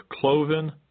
cloven